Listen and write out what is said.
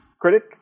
critic